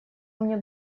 мне